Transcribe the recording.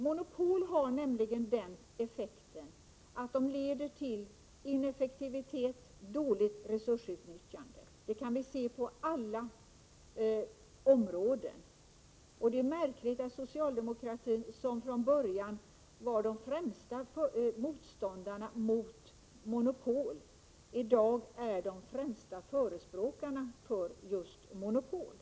Monopol har nämligen den effekten att de leder till ineffektivitet och dåligt resursutnyttjande. Det kan vi se på alla områden. Och det är märkligt att socialdemokraterna, som från början var de främsta motståndarna mot monopol, i dag är de främsta förespråkarna för just monopol.